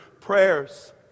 prayers